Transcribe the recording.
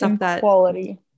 quality